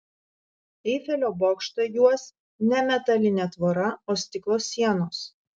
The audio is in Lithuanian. eifelio bokštą juos ne metalinė tvora o stiklo sienos